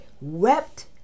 wept